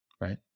right